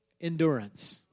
endurance